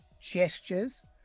gestures